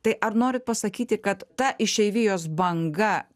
tai ar norit pasakyti kad ta išeivijos banga